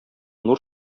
нур